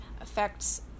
affects